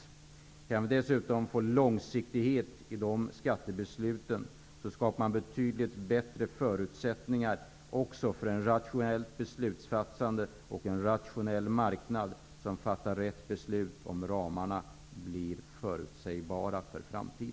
Om skattereglerna dessutom är långsiktiga och om ramarna är förutsägbara skapas det betydligt bättre förutsättningar för ett rationellt beslutsfattande och en rationell marknad.